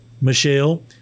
Michelle